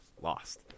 lost